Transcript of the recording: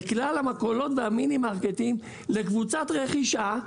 כלל המכולות והמינימרקטים לקבוצה רכישה,